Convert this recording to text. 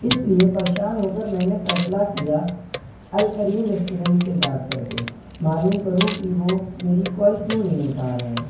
اس لیے پریشان ہو کر میں نے فیصلہ کیا الکریم ریسٹورنٹ سے بات کر کے معلوم کروں کہ وہ میری کال کیوں نہیں اٹھا رہے ہیں